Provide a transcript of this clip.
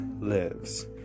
lives